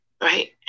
Right